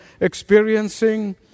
experiencing